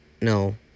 no